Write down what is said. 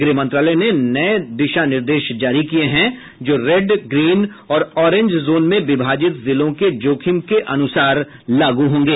गृहमंत्रालय ने नये दिशानिर्देश जारी किये हैं जो रेड ग्रीन और ऑरेंज जोन में विभाजित जिलों के जोखिम के अनुसार लागू होंगे